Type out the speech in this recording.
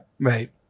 right